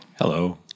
Hello